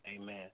Amen